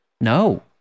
No